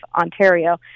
Ontario